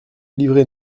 livrée